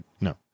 no